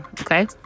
okay